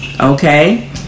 okay